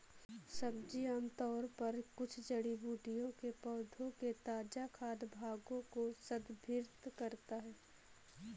सब्जी आमतौर पर कुछ जड़ी बूटियों के पौधों के ताजा खाद्य भागों को संदर्भित करता है